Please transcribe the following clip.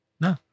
No